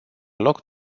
loc